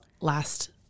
last